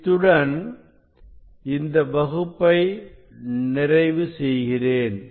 இத்துடன் இந்த வகுப்பை நிறைவு செய்கிறேன்